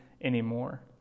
anymore